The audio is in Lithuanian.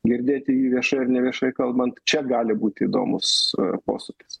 girdėti jį viešai ar neviešai kalbant čia gali būti įdomus posūkis